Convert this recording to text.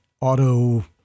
auto